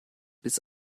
bis